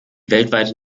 weltweite